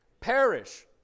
perish